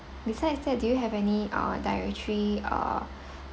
besides that do you have any uh dietary uh